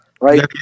Right